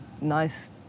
nice